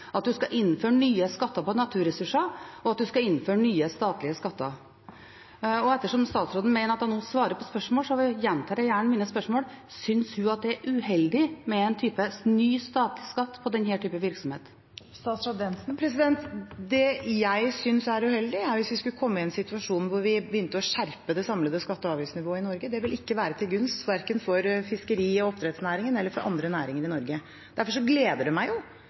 at man skal innføre nye skatter på naturressurser, og at man skal innføre nye statlige skatter. Ettersom statsråden mener at hun nå svarer på spørsmål, gjentar jeg gjerne mitt spørsmål: Synes hun at det er uheldig med en ny type statlig skatt på denne typen virksomhet? Det jeg synes er uheldig, er hvis vi skulle komme i en situasjon hvor vi begynte å skjerpe det samlede skatte- og avgiftsnivået i Norge. Det ville ikke være til gunst verken for fiskeri- og oppdrettsnæringen eller for andre næringer i Norge. Derfor gleder det meg